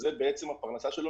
זו הפרנסה שלו,